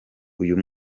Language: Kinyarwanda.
uyu